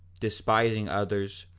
despising others,